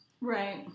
Right